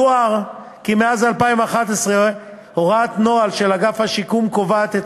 יוער כי מאז שנת 2011 הוראת נוהל של אגף השיקום קובעת את